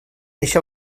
eixa